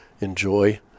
enjoy